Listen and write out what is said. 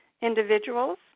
individuals